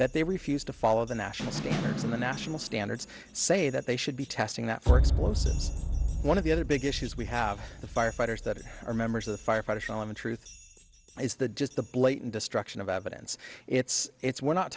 that they refused to follow the national standards and the national standards say that they should be testing that for explosives one of the other big issues we have the firefighters that are members of the firefighters on the truth is the just the blade destruction of evidence it's it's we're not